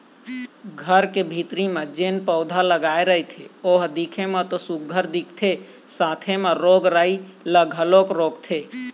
घर के भीतरी म जेन पउधा लगाय रहिथे ओ ह दिखे म तो सुग्घर दिखथे साथे म रोग राई ल घलोक रोकथे